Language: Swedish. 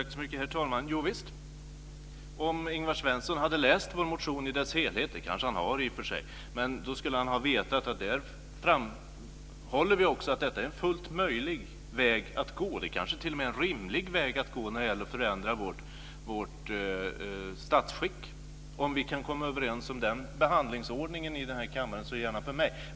Herr talman! Jo visst! Om Ingvar Svensson hade läst vår motion i dess helhet - vilket han i och för sig kanske har gjort - skulle han ha vetat att vi där framhåller att detta är en fullt möjlig, kanske t.o.m. rimlig väg att gå när det gäller att förändra vårt statsskick. Om vi kan komma överens om den behandlingsordningen i kammaren, så gärna för mig.